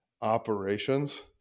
operations